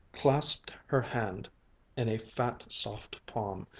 clasped her hand in a fat, soft palm,